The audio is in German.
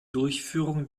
durchführung